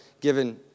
given